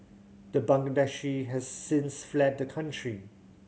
the Bangladeshi has since fled the country